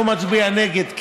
ואני לא מצביע נגד.